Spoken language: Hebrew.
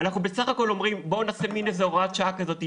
אנחנו בסך הכול אומרים: בואו נעשה מין הוראת שעה כזו,